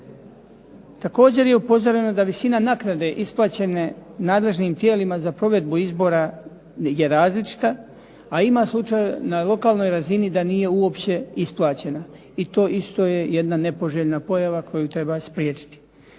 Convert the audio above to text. Također je upozoreno da visina naknade isplaćene nadležnim tijelima za provedbu izbora je različita, a ima slučaj na lokalnoj razini da nije uopće isplaćena, i to isto je jedna nepoželjna pojava koju treba spriječiti.